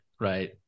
right